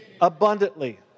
abundantly